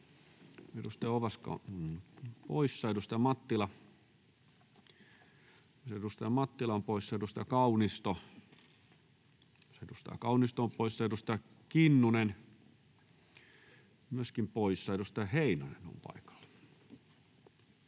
Edustaja Ovaska on poissa, myös edustaja Mattila on poissa, myös edustaja Kaunisto on poissa, edustaja Kinnunen myöskin poissa. — Edustaja Heinonen on paikalla.